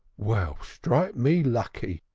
well, strike me lucky!